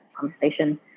conversation